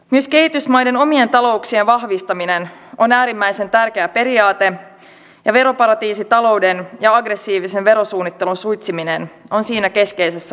myös kehitysmaiden omien talouksien vahvistaminen on äärimmäisen tärkeä periaate ja veroparatiisitalouden ja aggressiivisen verosuunnittelun suitsiminen on siinä keskeisessä roolissa